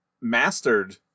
mastered